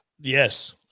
Yes